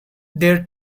their